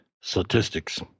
statistics